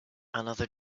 another